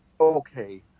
okay